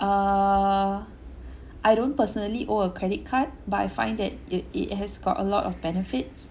err I don't personally own a credit card but I find that it it has got a lot of benefits